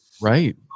Right